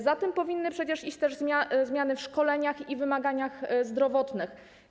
Za tym powinny przecież iść też zmiany w szkoleniach i wymaganiach zdrowotnych.